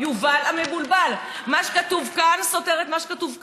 "יובל המבולבל"; מה שכתוב כאן סותר את מה שכתוב כאן.